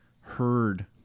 heard